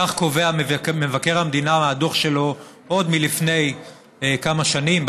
כך קובע מבקר המדינה בדוח שלו עוד מלפני כמה שנים,